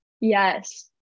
Yes